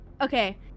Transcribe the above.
Okay